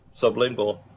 sublingual